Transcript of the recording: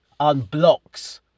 Unblocks